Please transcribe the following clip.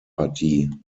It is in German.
partie